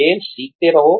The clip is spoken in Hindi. खेल सीखते रहो